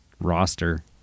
roster